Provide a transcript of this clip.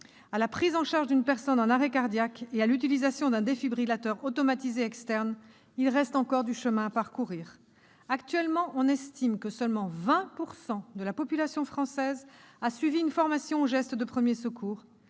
à la prise en charge d'une personne en arrêt cardiaque et à l'utilisation d'un défibrillateur automatisé externe, ou DAE, il reste encore du chemin à parcourir. Actuellement, on estime que seulement 20 % de la population française a suivi une formation aux gestes de premiers secours